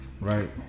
Right